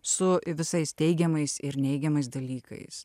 su visais teigiamais ir neigiamais dalykais